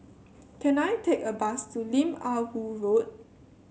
can I take a bus to Lim Ah Woo Road